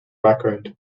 background